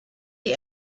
die